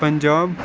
Punjab